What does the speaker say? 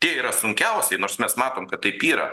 tie yra sunkiausiai nors mes matom kad taip yra